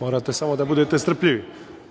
morate samo da budete strpljivi.